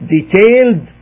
Detailed